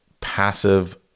passive